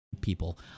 people